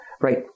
Right